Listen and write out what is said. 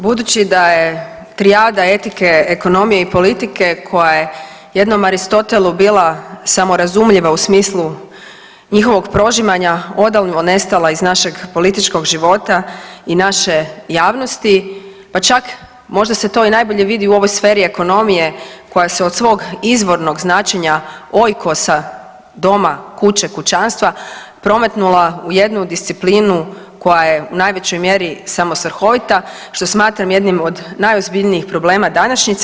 Budući da je trijada etike, ekonomije i politike koja je jednom Aristotelu bila samo razumljiva u smislu njihovog prožimanja odavno nestala iz našeg političkog života i naše javnosti, pa čak možda se to i najbolje vidi u ovoj sferi ekonomije koja se od svog izvornog značenja OICOS-a doma kuće kućanstva prometnula u jednu disciplinu koja je u najvećoj mjeri samo svrhovita što smatram jednim od najozbiljnijih problema današnjice.